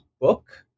book